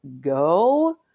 go